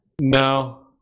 No